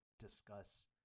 discuss